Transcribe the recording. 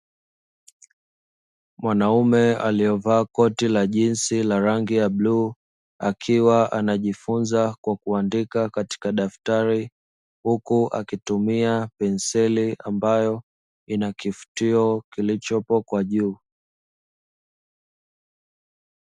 Mwanaume aliye vaa koti la jinsi la rangi ya bluu, akiwa anajifunza kwa kuandika katika daftari, huku akitumia penseli ambayo inakifutio kilichopo kwa juu.